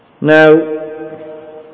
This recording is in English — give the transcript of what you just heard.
now